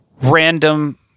random